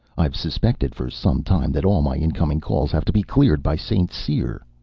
i've suspected for some time that all my incoming calls have to be cleared by st. cyr.